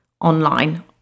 online